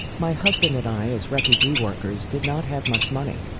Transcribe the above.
my husband and i, as refugee workers, did not have much money.